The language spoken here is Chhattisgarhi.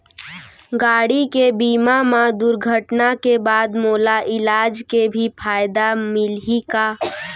गाड़ी के बीमा मा दुर्घटना के बाद मोला इलाज के भी फायदा मिलही का?